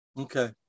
Okay